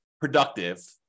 productive